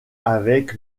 avec